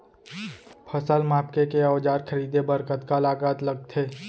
फसल मापके के औज़ार खरीदे बर कतका लागत लगथे?